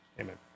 Amen